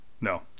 no